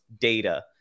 data